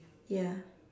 ya